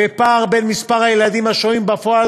וכן פער בין מספר הילדים השוהים בפועל